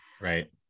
right